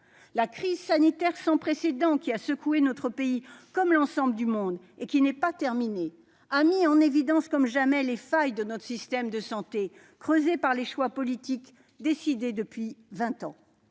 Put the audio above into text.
La crise sanitaire sans précédent qui a secoué notre pays, comme l'ensemble du monde, et qui n'est pas terminée, a mis en évidence comme jamais les failles de notre système de santé, creusées par les choix politiques faits depuis vingt ans.